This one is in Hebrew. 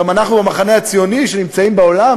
גם אנחנו במחנה הציוני שנמצאים בעולם